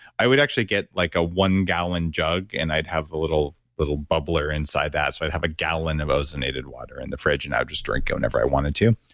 i would actually get like a one gallon jug and i'd have a little little bubbler inside that so, i'd have a gallon of ozonated water in the fridge and i would just drink it whenever i wanted to,